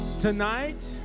tonight